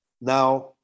Now